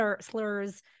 slurs